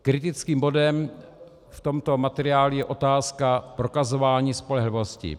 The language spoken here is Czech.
Kritickým bodem v tomto materiálu je otázka prokazování spolehlivosti.